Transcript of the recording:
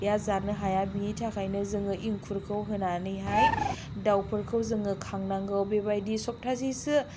या जानो हाया बिनि थाखायनो जोङो इंखुरखौ होनानैहाय दाउफोरखौ जोङो खांनांगौ बेबायदि सप्तासेसो